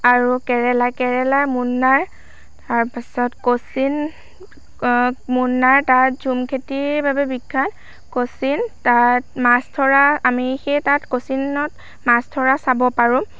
আৰু কেৰেলা কেৰেলাৰ মুন্নাৰ তাৰপাছত কোচিন মুন্নাৰ তাৰ ঝুম খেতিৰ বাবে বিখ্য়াত কোচিন তাত মাছ ধৰা আমি সেই তাত কোচিনত মাছ ধৰা চাব পাৰোঁ